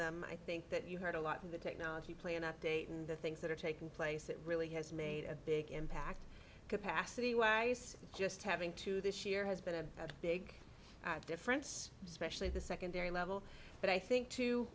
them i think that you heard a lot of the technology play and update and the things that are taking place it really has made a big impact capacity where he's just having to this year has been a big difference especially the secondary level but i think to